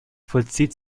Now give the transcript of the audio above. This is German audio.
vollzieht